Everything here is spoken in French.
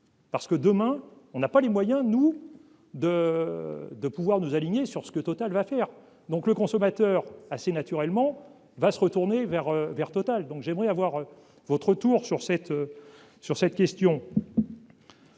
Parce que demain on n'a pas les moyens nous de de pouvoir nous aligner sur ce que Total va faire donc le consommateur assez naturellement va se retourner vers vers Total, donc j'aimerais avoir votre retour sur cette sur